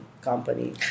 company